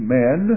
men